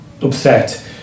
upset